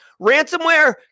Ransomware